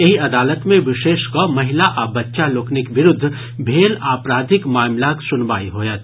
एहि अदालत मे विशेष कऽ महिला आ बच्चा लोकनिक विरूद्व भेल आपराधिक मामिलाक सुनवाई होयत